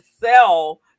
sell